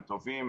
הם טובים.